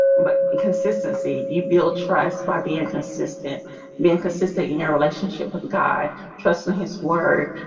but consistency you build trust by being consistent being consistent in your relationship with god trusting his word